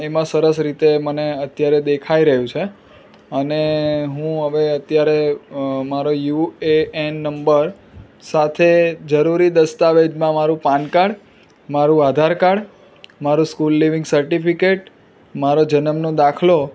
એમાં સરસ રીતે મને અત્યારે દેખાઈ રહ્યું છે અને હું હવે અત્યારે મારો યુએએન નંબર સાથે જરૂરી દસ્તાવેજમાં મારું પાન કાર્ડ મારું આધાર કાર્ડ મારું સ્કૂલ લિવિંગ સર્ટિફિકેટ મારો જન્મનો દાખલો